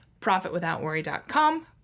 profitwithoutworry.com